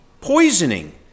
poisoning